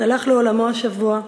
שהלך לעולמו השבוע,